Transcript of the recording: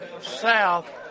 south